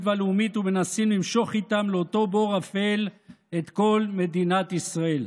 והלאומית ומנסים למשוך איתם לאותו בור אפל את כל מדינת ישראל.